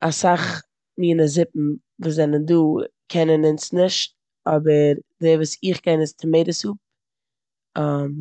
אסאך מינע זופן וואס ס'דא קענען אונז נישט אבער די וואס איך קען איז טאמעטא סופ,